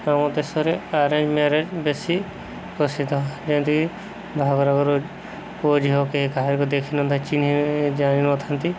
ଆମ ଦେଶରେ arrange marriage ବେଶୀ ପ୍ରସିଦ୍ଧ ଯେମିତିକି ବାହାଘର ଘରୁ ପୁଅ ଝିଅ କେହି କାହାରିକୁ ଦେଖି ନଥାଏ ଚିହ୍ନି ଜାଣିି ନଥାନ୍ତି